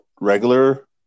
regular